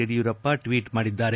Yediyurappa tweet ಮಾಡಿದ್ದಾರೆ